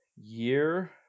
year